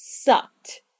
sucked